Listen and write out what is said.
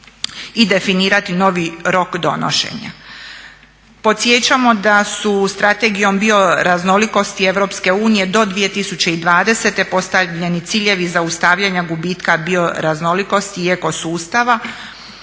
i definirati novi rok donošenja. Podsjećamo da su Strategijom bioraznolikosti Europske unije do 2020. postavljeni ciljevi zaustavljanja gubitka bioraznolikosti i eko sustava